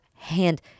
hand